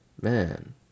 Man